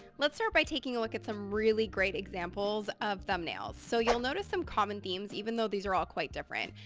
let's start my taking a look at some really great examples of thumbnails. so you'll notice some common themes, even though these are all quite different.